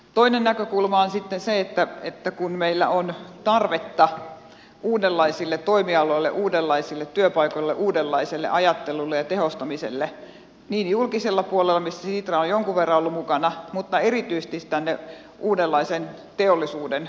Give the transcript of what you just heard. toinen näkökulma on sitten se että kun meillä on tarvetta uudenlaisille toimialoille uudenlaisille työpaikoille uudenlaiselle ajattelulle ja tehostamiselle niin julkisella puolella missä sitra on jonkun verran ollut mukana mutta erityisesti tänne uudenlaisen teollisuuden luomiseksi